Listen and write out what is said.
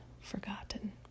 forgotten